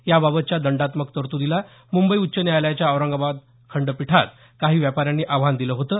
या बाबतच्या दंडात्मक तरतुदीला मुंबई उच्च न्यायालयाच्या औरंगाबाद खंडपीठात काही व्यापाऱ्यांनी आव्हान दिलं होतं